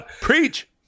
Preach